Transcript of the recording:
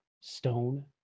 stone